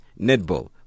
netball